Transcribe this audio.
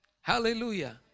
Hallelujah